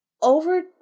over